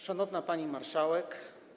Szanowna Pani Marszałek!